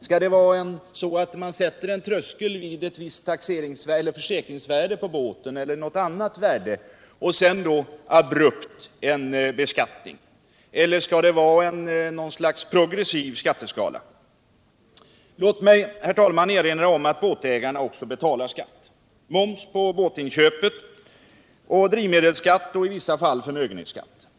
Skall man sätta en tröskel vid ett visst tuxeringseller försäkringsvärde eller något annat värde på båten och sedan abrupt införa beskattning? Filer skall det vara något slags progressiv skatteskala”? Herr talman! Lat mig erinra om att batägarna också betalar skatt: Moms på båtinköpet, drivmedelsskatt och i vissa fall förmögenhetsskatt.